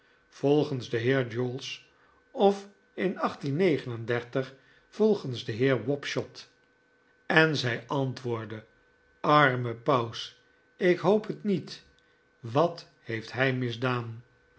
volgens den heer jowls of in volgens den heer wapshot en zij antwoordde arme paus ik hoop het niet wat heeft hij misdaan